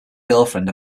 girlfriend